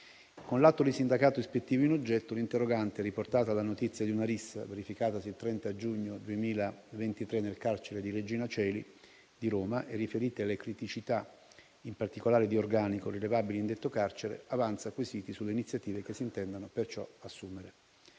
Con l'atto di sindacato ispettivo in oggetto, l'interrogante, riportata la notizia di una rissa verificatasi il 30 giugno 2023 nel carcere Regina Coeli di Roma, e riferite le criticità, in particolare di organico, rilevabili in detto carcere, avanza quesiti sulle iniziative che si intendano perciò assumere.